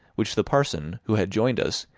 which the parson, who had joined us,